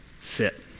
sit